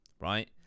right